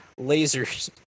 lasers